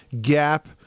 gap